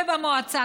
ובמועצה,